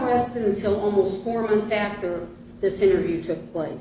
arrested until almost four months after this interview took place